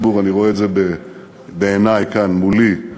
זה בעיני, כאן מולי,